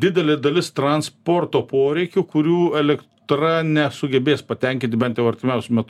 didelė dalis transporto poreikių kurių elektra nesugebės patenkinti bent jau artimiausiu metu